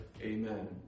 Amen